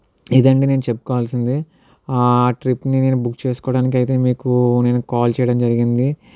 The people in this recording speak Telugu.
ఇదండి నేను చెప్పుకోవల్సింది ఆ ట్రిప్ని నేను బుక్ చేసుకోవడానికయితే మీకు నేను కాల్ చేయడం జరిగింది